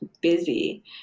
busy